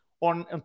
on